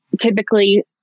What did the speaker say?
typically